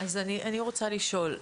אז אני רוצה לשאול: